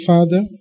Father